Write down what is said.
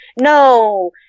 No